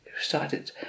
started